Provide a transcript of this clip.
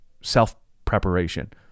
self-preparation